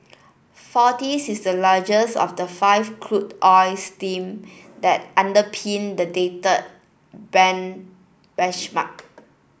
forties is the largest of the five crude oil stream that underpin the dated Brent benchmark